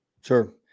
Sure